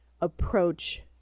approach